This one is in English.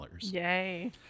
Yay